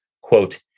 quote